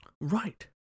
Right